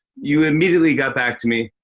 you immediately got back to me.